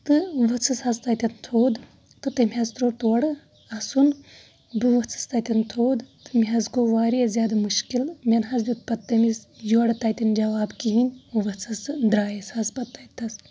تہٕ ؤژھٕس حظ تَتٮ۪تھ تھوٚد تہٕ تٔمۍ حظ ترٛوو تور اَسُن بہٕ ؤژھٕس تَتٮ۪ن تھوٚد تہٕ مےٚ حظ گوٚو واریاہ زیادٕ مُشکل مےٚ نہ حظ دیُٚت پَتہٕ تٔمِس یورٕ تَتٮ۪ن جواب کِہیٖنۍ ؤژھٕس تہٕ درٛایَس حظ پَتہٕ تَتتٮ۪س